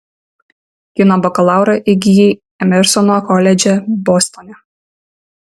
kino bakalaurą įgijai emersono koledže bostone